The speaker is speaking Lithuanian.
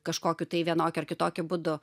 kažkokiu tai vienokiu ar kitokiu būdu